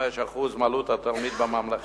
55% מעלות התלמיד בממלכתי.